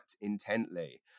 intently